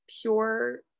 pure